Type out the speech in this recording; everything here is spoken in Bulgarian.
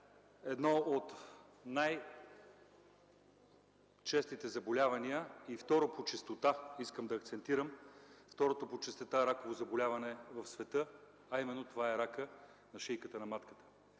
едно от най-честите заболявания и искам да акцентирам – второто по честота раково заболяване в света, а именно ракът на шийката на матката.